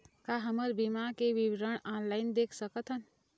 का हमर बीमा के विवरण ऑनलाइन देख सकथन?